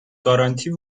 گارانتی